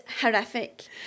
horrific